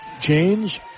James